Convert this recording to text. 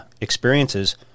experiences